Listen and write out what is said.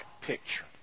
picture